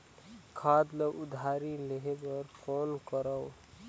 खाद ल उधारी लेहे बर कौन करव?